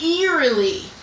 eerily